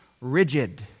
rigid